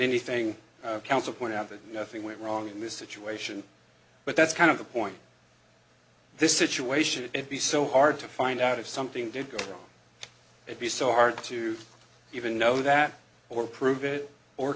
anything counter point out that nothing went wrong in this situation but that's kind of the point this situation it would be so hard to find out if something did go wrong it be so hard to even know that or prove